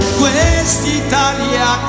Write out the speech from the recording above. quest'Italia